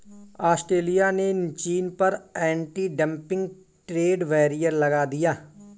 Australia ने चीन पर एंटी डंपिंग ट्रेड बैरियर लगा दिया